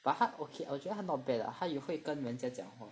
but 他 okay 我觉得他 not bad lah 他有会跟人家讲话